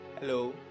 hello